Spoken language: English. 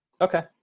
Okay